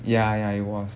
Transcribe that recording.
ya ya it was